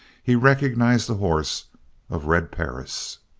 he recognized the horse of red perris!